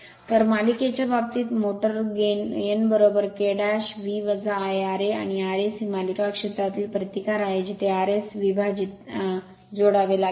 तर मालिकेच्या बाबतीत मोटोरगेन n K V Ia ra आणि R S ही मालिका क्षेत्रातील प्रतिकार आहे जिथे आर एस विभाजित add जोडावे लागेल